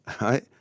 right